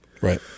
Right